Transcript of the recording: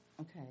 Okay